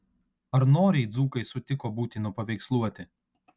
ar noriai dzūkai sutiko būti nupaveiksluoti